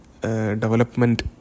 development